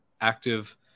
active